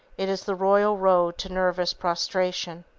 it is the royal road to nervous prostration.